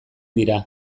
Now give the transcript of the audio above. dira